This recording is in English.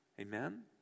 Amen